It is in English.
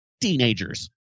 Teenagers